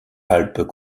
alpes